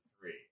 three